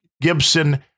Gibson